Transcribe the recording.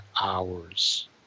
hours